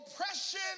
oppression